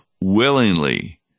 willingly